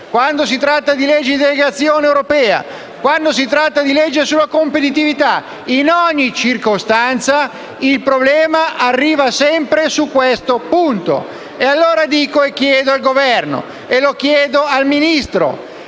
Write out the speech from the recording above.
quando si tratta di legge di delegazione europea, quando si tratta di legge sulla competitività, in ogni circostanza il problema arriva sempre su questo punto. E allora chiedo al Governo, in particolare